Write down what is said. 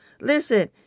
Listen